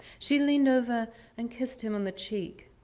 she leaned over and kissed him on the cheek.